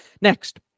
Next